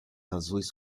azuis